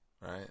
Right